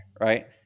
right